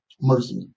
mercy